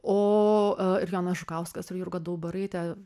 o ir jonas žukauskas ir jurga daubaraite